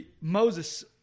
Moses